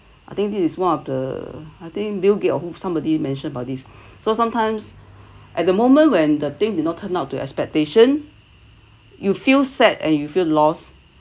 I think this is one of the I think bill gates or somebody had mentioned about this so sometimes at the moment when the things did not turn up to expectation you feel sad and you feel lost